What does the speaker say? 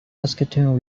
saskatoon